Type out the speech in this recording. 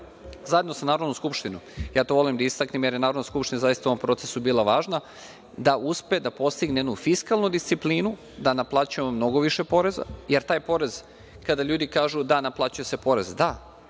zajedno sa Narodnom skupštinom, ja to volim da istaknem jer je Narodna skupština zaista u ovom procesu bila važna, da uspe da postigne jednu fiskalnu disciplinu da naplaćujemo mnogo više poreza, jer taj porez kada ljudi kažu – da, naplaćuje se porez, da,